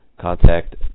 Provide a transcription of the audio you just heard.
contact